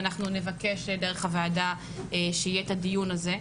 ואנחנו נבקש דרך הוועדה שיהיה את הדיון הזה.